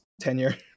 tenure